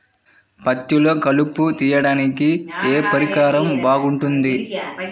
పత్తిలో కలుపు తీయడానికి ఏ పరికరం బాగుంటుంది?